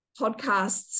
podcasts